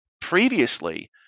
previously